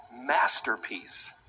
masterpiece